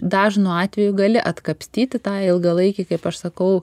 dažnu atveju gali atkapstyti tą ilgalaikį kaip aš sakau